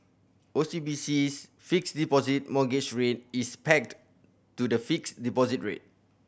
O C B C's Fixed Deposit Mortgage Rate is pegged to the fixed deposit rate